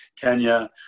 kenya